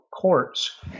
courts